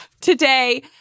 today